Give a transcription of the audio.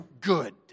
good